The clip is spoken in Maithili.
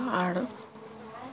आरो